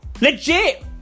Legit